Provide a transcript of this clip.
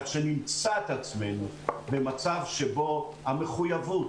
כך אנחנו מוצאים את עצמנו במצב שבו המחויבות